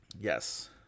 Yes